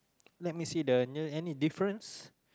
let me the n~ is there any difference